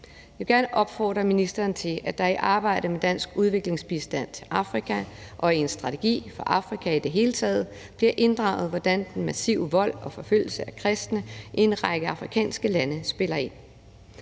Jeg vil gerne opfordre ministeren til, at der i arbejdet med dansk udviklingsbistand i Afrika og i en strategi for Afrika i det hele taget bliver inddraget, hvordan den massive vold og forfølgelse af kristne i en række afrikanske lande spiller ind.